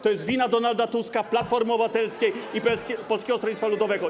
To jest wina Donalda Tuska, Platformy Obywatelskiej i Polskiego Stronnictwa Ludowego.